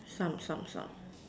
some some some